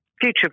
future